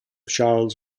charles